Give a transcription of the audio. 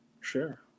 Sure